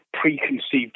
preconceived